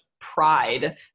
pride